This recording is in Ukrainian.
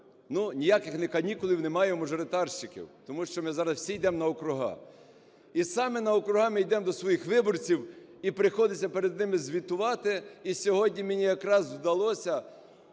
Ну ніяких канікул нема у мажоритарщиків, тому що ми зараз всі йдемо на округи. І саме на округи ми йдемо до своїх виборців і приходиться перед ними звітувати. І сьогодні мені якраз вдалося